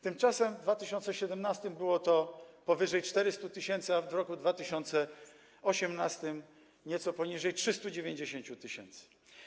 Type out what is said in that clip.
Tymczasem w 2017 r. było to powyżej 400 tys., a w roku 2018 nieco poniżej 390 tys.